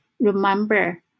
remember